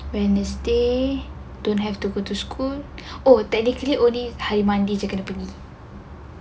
wednesday don't have to go to school oh takde study all day hari monday cakap nak pergi